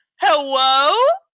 Hello